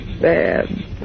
bad